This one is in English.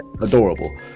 adorable